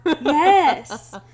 Yes